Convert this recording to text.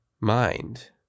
mind